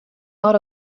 out